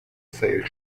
sail